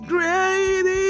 Great